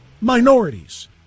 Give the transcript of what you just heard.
minorities